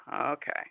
okay